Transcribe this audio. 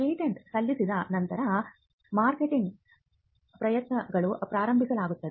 patent ಸಲ್ಲಿಸಿದ ನಂತರ marketing ಪ್ರಯತ್ನಗಳನ್ನು ಪ್ರಾರಂಭಿಸಲಾಗುತ್ತದೆ